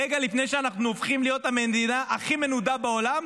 רגע לפני שאנחנו הופכים להיות המדינה הכי מנודה בעולם.